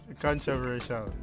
controversial